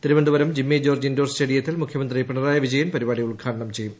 Thiruvananthapuram Jimmy George indoor സ്റ്റേഡിയത്തിൽ മുഖ്യമന്ത്രി പിണറായി വിജയൻ പരിപാടി ഉദ്ഘാടനം ചെയ്യും